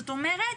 זאת אומרת,